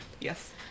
Yes